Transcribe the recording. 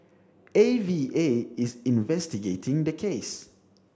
A V A is investigating the case